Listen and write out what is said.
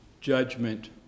judgment